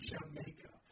Jamaica